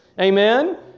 Amen